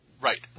Right